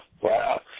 Wow